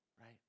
right